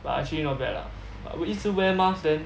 but actually not bad lah but 我一直 wear mask then